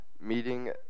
meeting